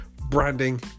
branding